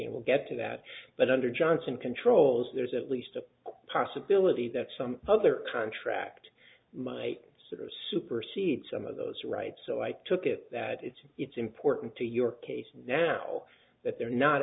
we'll get to that but under johnson controls there's at least a possibility that some other contract might supersede some of those rights so i took it that it's it's important to your case now that they're not